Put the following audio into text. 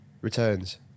returns